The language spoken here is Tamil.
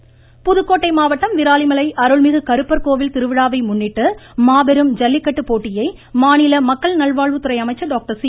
மமமமம ஜல்லிக்கட்டு புதுக்கோட்டை மாவட்டம் விராலிமலை அருள்மிகு கருப்பர் கோவில் திருவிழாவை முன்னிட்டு மாபெரும் ஜல்லிக்கட்டு போட்டியை மாநில மக்கள் நல்வாழ்வுத்துறை அமைச்சர் டாக்டர் சி